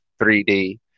3D